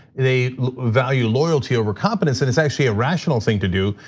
they value loyalty over competence and it's actually a rational thing to do.